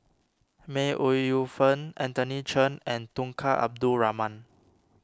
May Ooi Yu Fen Anthony Chen and Tunku Abdul Rahman